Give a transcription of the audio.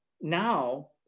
now